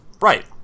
Right